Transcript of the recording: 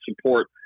Support